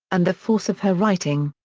and the force of her writing.